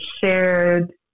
shared